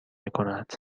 میکند